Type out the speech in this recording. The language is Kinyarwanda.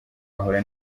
ahura